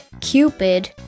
cupid